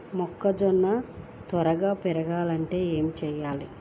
మొక్కజోన్న త్వరగా పెరగాలంటే ఏమి చెయ్యాలి?